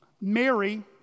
Mary